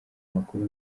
makuru